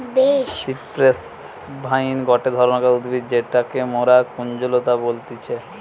cypress vine গটে ধরণকার উদ্ভিদ যেটাকে মরা কুঞ্জলতা বলতিছে